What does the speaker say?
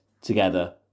together